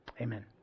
amen